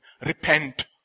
repent